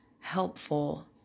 helpful